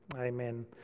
Amen